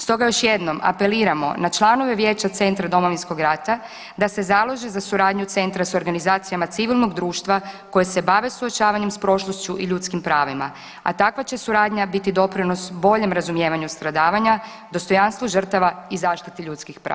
Stoga još jednom apeliramo na članove vijeća Centra Domovinskog rata da se založe za suradnju centra s organizacijama civilnog društva koje se bave suočavanjem s prošlošću i ljudskim pravima, a takva će suradnja biti doprinos boljem razumijevanju stradavanja, dostojanstvo žrtava i zaštiti ljudskih prava.